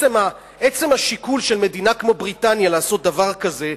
עצם השיקול של מדינה כמו בריטניה לעשות דבר כזה,